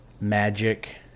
Magic